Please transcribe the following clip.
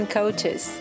coaches